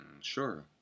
Sure